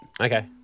Okay